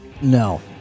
No